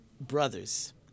brothers